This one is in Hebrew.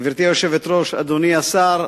גברתי היושבת-ראש, אדוני השר,